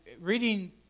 reading